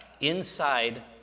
inside